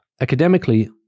Academically